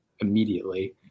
immediately